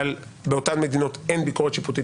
אבל באותן מדינות אין ביקורת שיפוטית